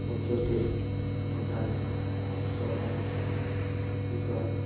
ପଞ୍ଚସ୍ତରୀ ଅଠାଅଶୀ ଶହେ ପାଞ୍ଚ ଦୁଇଶହ ଆଠ